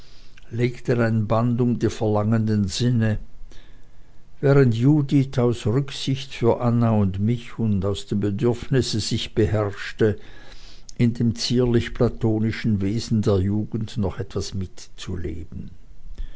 ein band um die verlangenden sinne während judith aus rücksicht für anna und mich und aus dem bedürfnisse sich beherrschte in dem zierlich platonischen wesen der jugend noch etwas mitzuleben